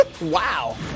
Wow